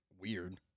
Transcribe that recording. weird